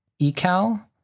eCal